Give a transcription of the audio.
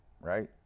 right